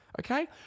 okay